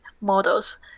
models